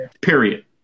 period